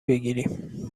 بگیریم